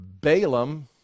Balaam